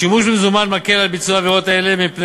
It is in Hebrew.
השימוש במזומן מקל את ביצוע עבירות אלה מפני